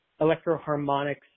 electroharmonics